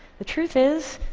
the truth is,